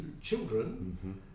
children